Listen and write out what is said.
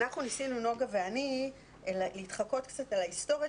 נוגה ואנוכי ניסינו להתחקות קצת על ההיסטוריה